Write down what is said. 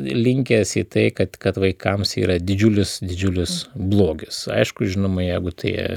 linkęs į tai kad kad vaikams yra didžiulis didžiulis blogis aišku žinoma jeigu tai